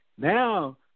Now